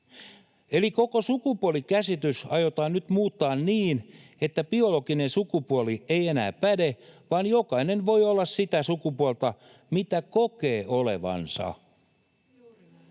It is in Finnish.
Eli koko sukupuolikäsitys aiotaan nyt muuttaa niin, että biologinen sukupuoli ei enää päde, vaan jokainen voi olla sitä sukupuolta, mitä kokee olevansa.